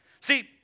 See